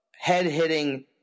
head-hitting